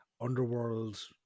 Underworld